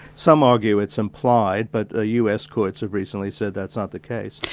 some argue it's implied, but ah us courts have recently said that's not the case.